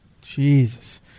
Jesus